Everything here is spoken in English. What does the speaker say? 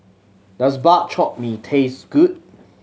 does Bak Chor Mee taste good